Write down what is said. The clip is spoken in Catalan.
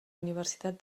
universitat